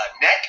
neck